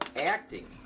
acting